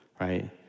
right